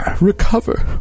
recover